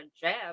jab